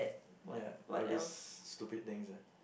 ya all this stupid things ah